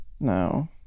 No